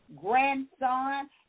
grandson